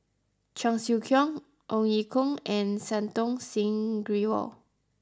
Cheong Siew Keong Ong Ye Kung and Santokh Singh Grewal